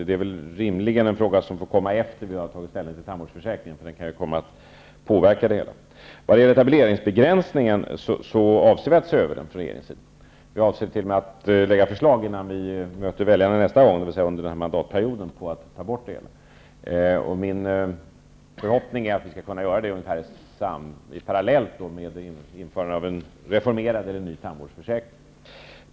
Det är väl rimligt att den frågan kommer upp efter det att vi har tagit ställning till tandvårdsförsäkringen, för den kan ju komma att påverka det hela. Etableringsbegränsningen avser vi att se över från regeringens sida. Vi avser t.o.m. att lägga fram förslag innan vi möter väljarna nästa gång, dvs. under den här mandatperioden, om att helt ta bort begränsningen. Min förhoppning är att vi skall kunna göra det parallellt med införandet av en reformerad eller ny tandvårdsförsäkring.